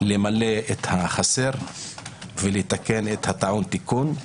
למלא את החסר ולתקן את הטעון תיקון.